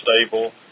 stable